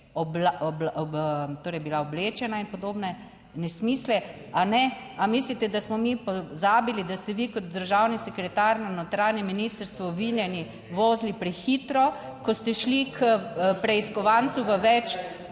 torej bila oblečena in podobne nesmisle. Ali mislite, da smo mi pozabili, da ste vi kot državni sekretar na notranjem ministrstvu vinjeni vozili prehitro, ko ste šli k preiskovancu v več